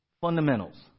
Fundamentals